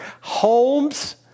homes